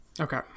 Okay